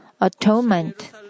atonement